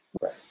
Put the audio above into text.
Right